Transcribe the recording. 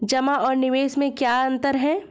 जमा और निवेश में क्या अंतर है?